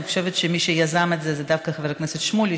אני חושבת שמי שיזם את זה הוא דווקא חבר הכנסת שמולי,